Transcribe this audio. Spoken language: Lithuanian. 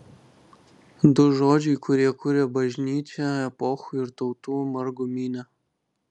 du žodžiai kurie kuria bažnyčią epochų ir tautų margumyne